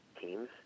teams